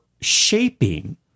shaping